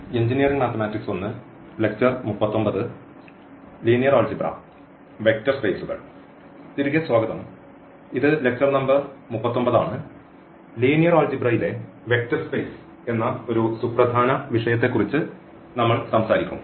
തിരികെ സ്വാഗതം ഇത് ലെക്ച്ചർ നമ്പർ 39 ആണ് ലീനിയർ ആൾജിബ്രയിലെ വെക്റ്റർ സ്പെയ്സ് എന്ന ഒരു സുപ്രധാന വിഷയത്തെക്കുറിച്ച് നമ്മൾ സംസാരിക്കും